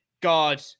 god